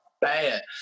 bad